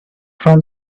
from